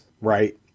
right